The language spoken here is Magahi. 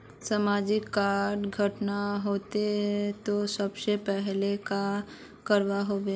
समाज डात घटना होते ते सबसे पहले का करवा होबे?